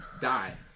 die